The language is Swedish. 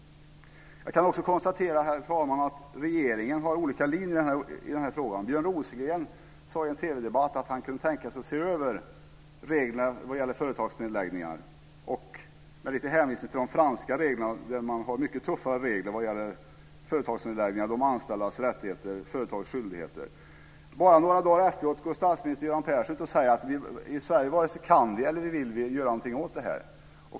Jag kan också konstatera att regeringen har olika linjer i frågan. Björn Rosengren sade i en TV-debatt att han kunde tänka sig att se över reglerna för företagsnedläggningar. Han hänvisade till de franska reglerna, som är mycket tuffare när det gäller företagsnedläggningar och de anställdas rättigheter och företagets skyldigheter. Bara några dagar efteråt går statsminister Göran Persson ut och säger att i Sverige varken kan eller vill vi göra någonting åt detta.